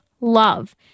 love